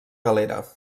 galera